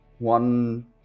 One